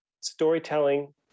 Storytelling